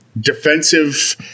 defensive